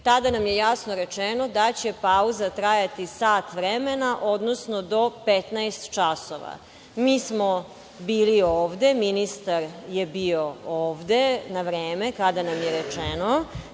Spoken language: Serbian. tada nam je jasno rečeno da će pauza trajati sat vremena, odnosno do 15.00 časova. Mi smo bili ovde, ministar je bio ovde na vreme, kada nam je rečeno,